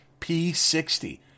p60